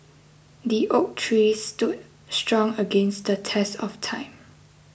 the oak tree stood strong against the test of time